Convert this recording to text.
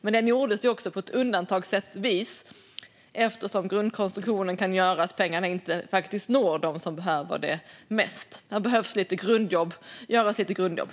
Men den gjordes undantagsvis eftersom grundkonstruktionen kan göra att pengarna faktiskt inte når dem som behöver dem bäst. Här behöver göras lite grundjobb.